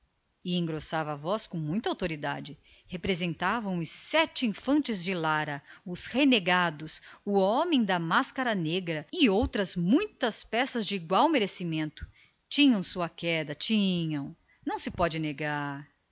a voz com muita autoridade representavam os sete infantes de lara os renegados o homem da máscara negra e outras peças de igual merecimento tinham a sua queda para a coisa tinham não se pode negar